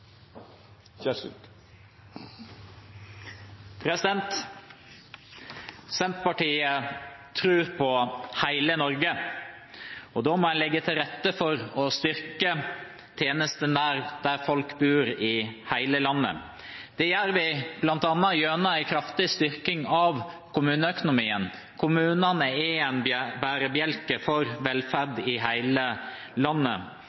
mest. Senterpartiet tror på hele Norge, og da må en legge til rette for å styrke tjenestene nær der folk bor, i hele landet. Det gjør vi bl.a. gjennom en kraftig styrking av kommuneøkonomien – kommunene er en bærebjelke for velferd i hele landet